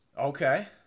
Okay